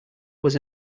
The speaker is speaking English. was